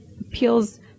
appeals